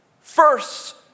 first